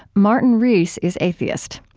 martin rees is atheist.